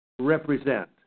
Represent